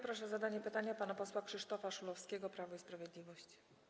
Proszę o zadanie pytania pana posła Krzysztofa Szulowskiego, Prawo i Sprawiedliwość.